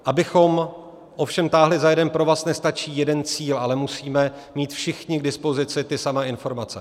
Abychom ovšem táhli za jeden provaz, nestačí jeden cíl, ale musíme mít všichni k dispozici ty samé informace.